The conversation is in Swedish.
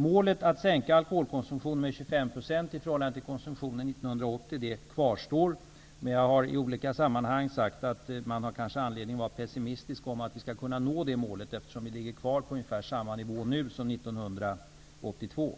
Målet att sänka alkoholkonsumtionen med 25 % i förhållande till konsumtionen 1980 kvarstår, men jag har i olika sammanhang sagt att man kanske har anledning att vara pessimistisk om att vi skall kunna nå det målet, eftersom vi ligger kvar på ungefär samma nivå nu som 1982.